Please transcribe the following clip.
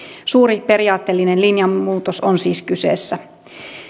suuri periaatteellinen linjanmuutos on siis kyseessä